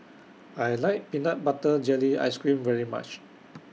I like Peanut Butter Jelly Ice Cream very much